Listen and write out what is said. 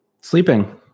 Sleeping